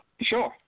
Sure